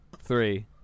Three